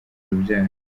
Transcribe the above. urubyaro